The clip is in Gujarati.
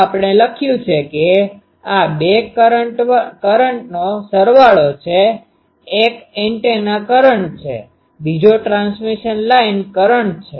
તો આપણે લખ્યું છે કે આ બે કરંટનો સરવાળો છે એક એન્ટેના કરંટ છે બીજો ટ્રાન્સમિશન લાઇન કરંટ છે